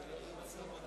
רבותי השרים,